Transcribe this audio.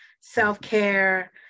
self-care